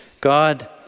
God